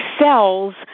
cells